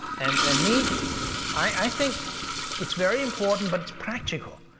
and and me, i think it's very important but it's practical.